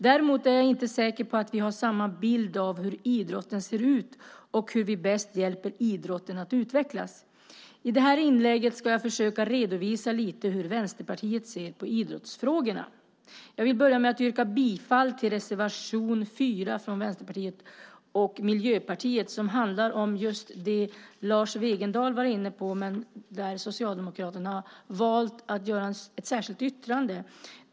Däremot är jag inte säker på att vi har samma bild av hur idrotten ser ut och hur vi bäst hjälper idrotten att utvecklas. I det här inlägget ska jag försöka redovisa lite grann hur Vänsterpartiet ser på idrottsfrågorna. Jag vill börja med att yrka bifall till reservation 4 från Vänsterpartiet och Miljöpartiet som handlar om just det som Lars Wegendal var inne på, men Socialdemokraterna har valt att göra ett särskilt yttrande.